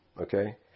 Okay